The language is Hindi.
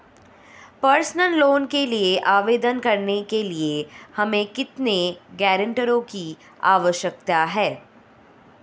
पर्सनल लोंन के लिए आवेदन करने के लिए हमें कितने गारंटरों की आवश्यकता है?